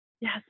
yes